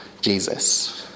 Jesus